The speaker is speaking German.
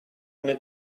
eine